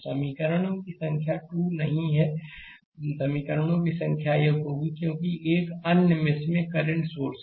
तो समीकरण की संख्या यहां 2 नहीं है समीकरण की संख्या 1 होगी क्योंकि एक अन्य 1मेश मेंकरंट सोर्स है